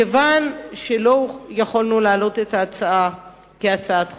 מכיוון שלא יכולנו להעלות את ההצעה כהצעת חוק,